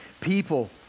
people